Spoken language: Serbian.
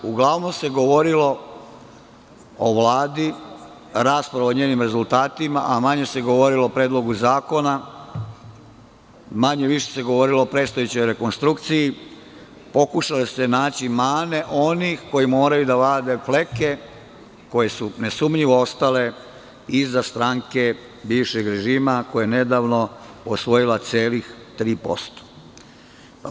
Uglavnomse govorilo o Vladi, rasprava o njenim rezultatima, a manje se govorilo o Predlogu Zakona, manje više se govorilo o predstojećoj rekonstrukciji, pokušale se naći mane onih koji moraju da vade fleke, koje su nesumnjivo ostale iza stranke bivšeg režima, koja je nedavno osvojila celih 3%